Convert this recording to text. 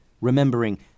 remembering